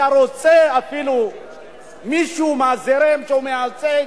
היה רוצה אפילו מישהו מהזרם שהוא מייצג,